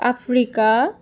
Africa